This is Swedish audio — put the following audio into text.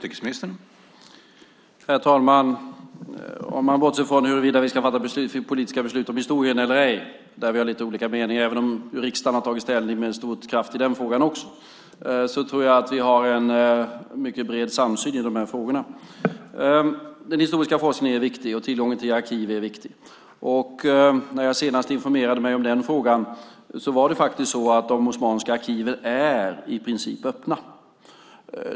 Herr talman! Om vi bortser från frågan om huruvida vi ska fatta politiska beslut om historien eller ej - där vi har lite olika meningar även om riksdagen med stor kraft har tagit ställning i den frågan också - tror jag att vi har en bred samsyn i frågorna. Den historiska forskningen är viktig, och tillgången till arkiv är viktig. När jag senast informerade mig om den frågan framkom det att de osmanska arkiven är i princip öppna.